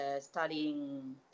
studying